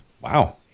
Wow